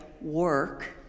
work